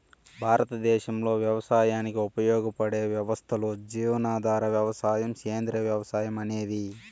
భారతదేశంలో వ్యవసాయానికి ఉపయోగపడే వ్యవస్థలు జీవనాధార వ్యవసాయం, సేంద్రీయ వ్యవసాయం అనేవి